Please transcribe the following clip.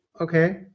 Okay